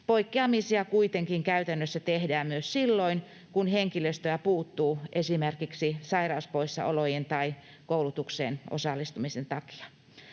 poikkeamisia kuitenkin käytännössä tehdään myös silloin, kun henkilöstöä puuttuu esimerkiksi sairauspoissaolojen tai koulutukseen osallistumisen takia.